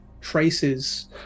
traces